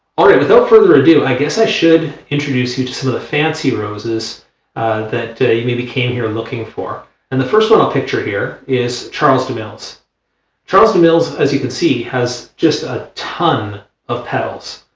all right without further ado, i guess i should introduce you to some of the fancy roses that you maybe came here looking for and the first one i picture here is charles de mills charles de mills as you can see has just a ton of petals